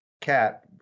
Cat